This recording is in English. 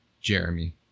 Jeremy